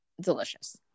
delicious